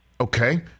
Okay